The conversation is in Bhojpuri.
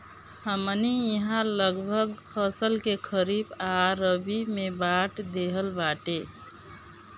हमनी इहाँ लगभग फसल के खरीफ आ रबी में बाँट देहल बाटे